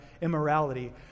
immorality